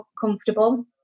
comfortable